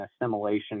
assimilation